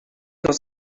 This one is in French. dans